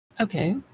okay